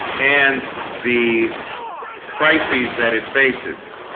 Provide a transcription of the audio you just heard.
and the crises that it faces